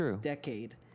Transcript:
decade